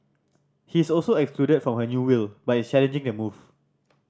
he's also excluded from her new will but is challenging the move